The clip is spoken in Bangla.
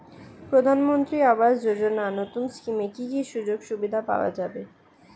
প্রধানমন্ত্রী আবাস যোজনা নতুন স্কিমে কি কি সুযোগ সুবিধা পাওয়া যাবে?